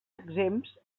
exempts